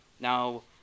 Now